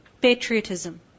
patriotism